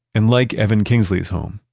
and like evan kingsley's home,